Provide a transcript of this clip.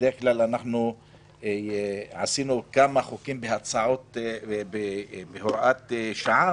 אנחנו עשינו כמה חוקים והצעות בהוראת שעה